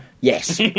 Yes